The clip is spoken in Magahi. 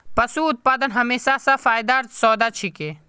पशू उत्पादन हमेशा स फायदार सौदा छिके